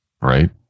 right